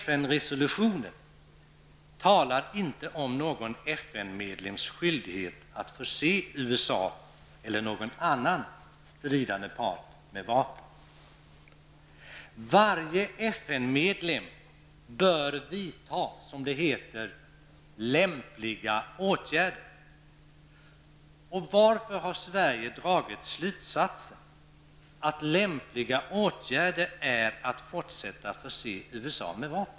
FN-resolutionen talar inte om någon FN medlems skyldighet att förse USA eller någon annan ledande part med vapen. Varje FN-medlem bör vidta, som det heter, lämpliga åtgärder. Varför har Sverige dragit slutsatsen att ''lämpliga åtgärder'' är att fortsätta förse USA med vapen?